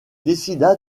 décida